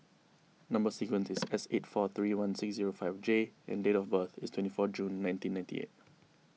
Number Sequence is S eight four three one six zero five J and date of birth is twenty four June nineteen ninety eight